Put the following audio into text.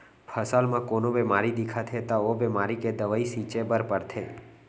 फसल म कोनो बेमारी दिखत हे त ओ बेमारी के दवई छिंचे बर परथे